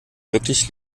wirklich